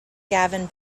gavin